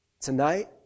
Tonight